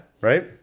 Right